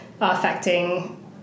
affecting